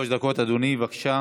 שלוש דקות, אדוני, בבקשה.